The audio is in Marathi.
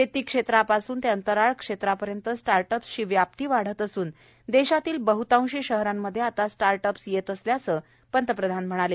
शेती क्षेत्रापासून ते अंतराळ क्षेत्रापर्यंत स्टार्ट अप्सची व्याप्ती वाढत असून देशातल्या बहतांशी शहरामंध्ये आता स्टार्टअप्स येत असल्याचं पंतप्रधान म्हणाले